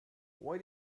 why